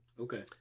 Okay